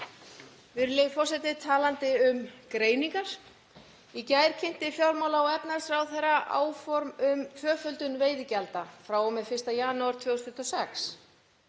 Virðulegi forseti. Talandi um greiningar. Í gær kynnti fjármála- og efnahagsráðherra áform um tvöföldun veiðigjalda frá og með 1. janúar 2026.